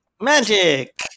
Magic